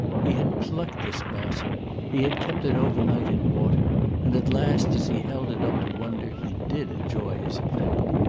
he had plucked this blossom he had kept it over-night in water and at last as he held it up to wonder he did enjoy his effect.